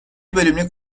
bölümlük